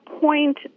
point